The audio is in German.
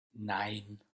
nein